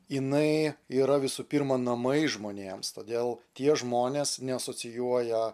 jinai yra visų pirma namai žmonėms todėl tie žmonės neasocijuoja